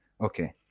Okay